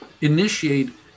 initiate